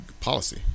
policy